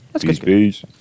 peace